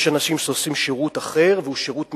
יש אנשים שעושים שירות אחר והוא שירות מפואר,